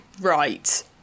Right